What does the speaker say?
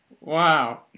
wow